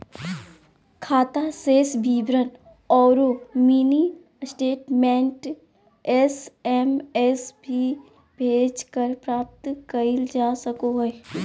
खाता शेष विवरण औरो मिनी स्टेटमेंट एस.एम.एस भी भेजकर प्राप्त कइल जा सको हइ